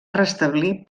restablir